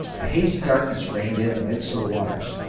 a hazy darkness reigned in the midst of the waters.